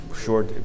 sure